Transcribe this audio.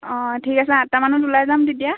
অঁ ঠিক আছে আঠটামানত ওলাই যাম তেতিয়া